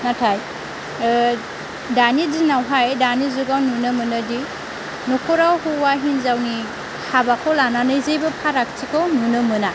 नाथाय दानि दिनावहाय दानि जुगाव नुनो मोनोदि न'खराव हौवा हिनजावनि हाबाखौ लानानै जेबो फारागथिखौ नुनो मोना